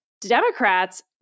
Democrats